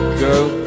girl